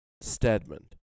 Stedman